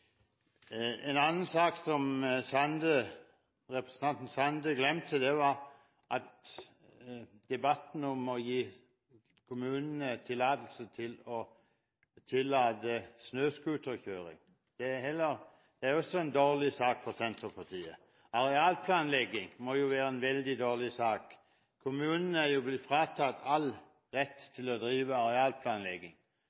En annen sak som representanten Sande glemte, var debatten om å gi kommunene tillatelse til snøscooterkjøring. Det er også en dårlig sak for Senterpartiet. Arealplanlegging må jo være en veldig dårlig sak. Kommunene er jo blitt fratatt all rett